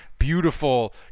Beautiful